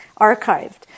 archived